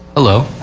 hello.